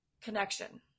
connection